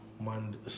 Monday